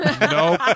no